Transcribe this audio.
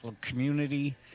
community